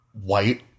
white